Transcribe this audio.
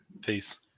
Peace